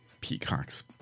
Peacocks